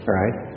right